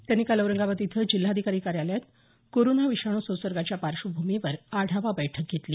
त्यांनी काल औरंगाबाद इथं जिल्हाधिकारी कार्यालयात कोरोना विषाणू संसर्गाच्या पार्श्वभूमीवर आढावा बैठक घेतली